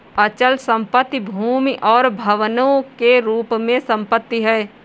अचल संपत्ति भूमि और भवनों के रूप में संपत्ति है